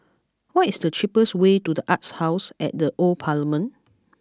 what is the cheapest way to The Arts House at the Old Parliament